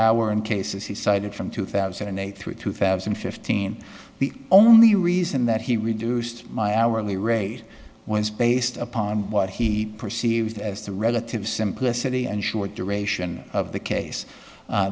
hour in cases he cited from two thousand and eight through two thousand and fifteen the only reason that he reduced my hourly rate was based upon what he perceived as the relative simplicity and short duration of the case